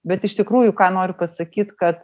bet iš tikrųjų ką noriu pasakyt kad